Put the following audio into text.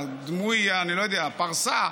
דמוי הפרסה,